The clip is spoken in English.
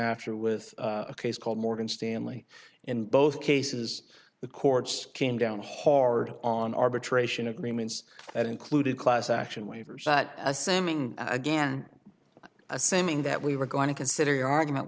after with a case called morgan stanley in both cases the courts came down hard on arbitration agreements that included class action waivers but assuming again assuming that we were going to consider your argument